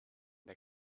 that